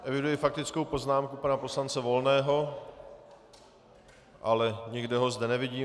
Eviduji faktickou poznámku pana poslance Volného, ale nikde ho zde nevidím.